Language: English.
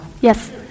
Yes